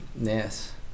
yes